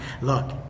look